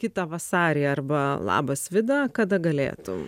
kitą vasarį arba labas vida kada galėtum